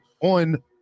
On